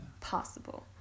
possible